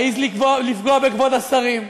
מעז לפגוע בכבוד השרים.